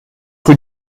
rue